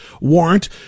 warrant